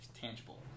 tangible